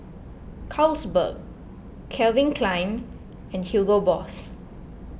Carlsberg Calvin Klein and Hugo Boss